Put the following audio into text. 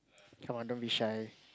come on don't be shy